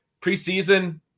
preseason